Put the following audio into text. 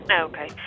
Okay